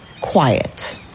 quiet